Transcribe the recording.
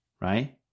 right